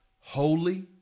holy